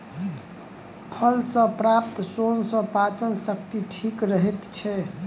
फल सॅ प्राप्त सोन सॅ पाचन शक्ति ठीक रहैत छै